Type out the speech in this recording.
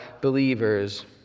believers